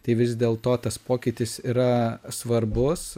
tai vis dėlto tas pokytis yra svarbus